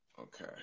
Okay